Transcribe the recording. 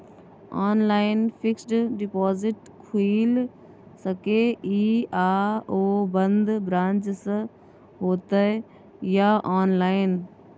Online fixed deposit खुईल सके इ आ ओ बन्द ब्रांच स होतै या ऑनलाइन?